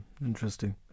Interesting